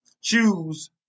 choose